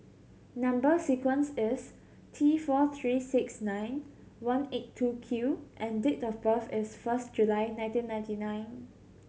number sequence is T four three six nine one eight two Q and date of birth is first July nineteen ninety nine